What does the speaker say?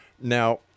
Now